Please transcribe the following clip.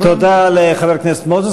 תודה לחבר הכנסת מוזס.